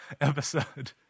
episode